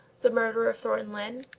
the murderer of thornton lyne?